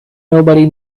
nobody